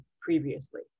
previously